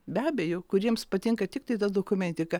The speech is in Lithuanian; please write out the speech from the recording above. be abejo kuriems patinka tiktai ta dokumentika